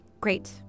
Great